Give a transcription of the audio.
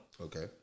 Okay